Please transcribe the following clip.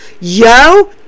Yo